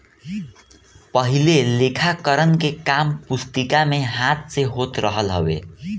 पहिले लेखाकरण के काम पुस्तिका में हाथ से होत रहल हवे